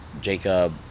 Jacob